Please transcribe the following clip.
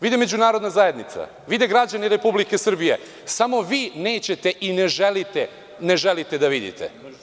Vidi međunarodna zajednica, vide građani Republike Srbije, samo vi nećete i ne želite da vidite.